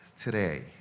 today